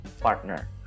partner